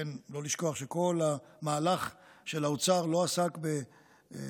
לא לשכוח שכל המהלך של האוצר לא עסק בהתייעלות,